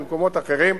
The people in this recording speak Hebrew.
במקומות אחרים,